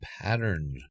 pattern